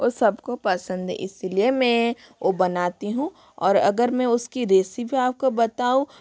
वो सबको पसंद है इसलिए मैं वो बनाती हूँ और अगर मैं उसकी रेसिपी आपको बताऊं